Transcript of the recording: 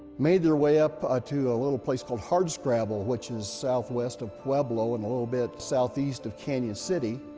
made their way up ah to a little place called hard scrabble which is southwest of pueblo and a little bit southeast of canyon city.